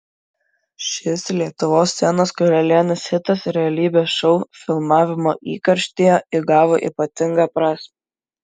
šis lietuvos scenos karalienės hitas realybės šou filmavimo įkarštyje įgavo ypatingą prasmę